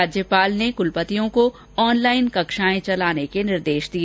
राज्यपाल ने कुलपतियों को आनलाइन कक्षाएं चलाने के निर्देश दिए